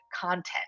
content